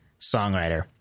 songwriter